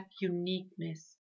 uniqueness